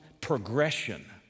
progression